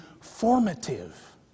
formative